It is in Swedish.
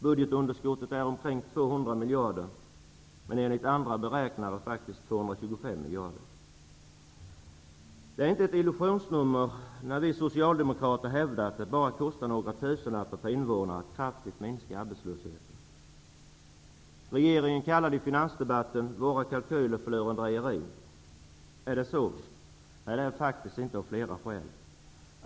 Budgetunderskottet är omkring 200 miljarder kronor, enligt andra beräknare 225 miljarder. Det är inte bara ett illusionsnummer när vi socialdemokrater hävdar att det bara kostar några tusenlappar per invånare att kraftigt minska arbetslösheten. Regeringen kallade i finansdebatten våra kalkyler för lurendrejeri. Är det så? Nej, faktiskt inte, av flera skäl.